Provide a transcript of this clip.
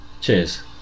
cheers